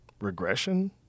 Regression